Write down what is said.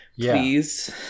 please